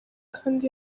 kandi